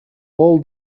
all